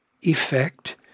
effect